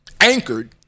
anchored